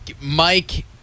Mike